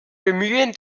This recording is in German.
bemühen